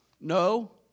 No